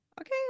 Okay